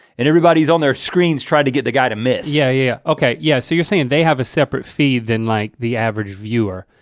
and everybody's on their screens trying to get the guy to miss. yeah yeah okay. yeah so you're saying they have a separate fee than like the average viewer,